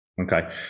okay